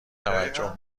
توجه